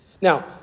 Now